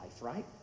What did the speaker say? Right